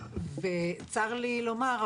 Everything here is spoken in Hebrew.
אבל צר לי לומר,